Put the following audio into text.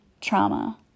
trauma